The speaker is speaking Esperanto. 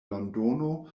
londono